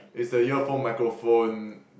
is the earphone microphone